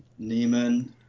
Neiman